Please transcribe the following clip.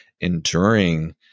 enduring